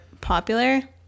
popular